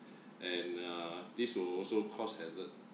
and uh this will also cause hazard